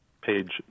page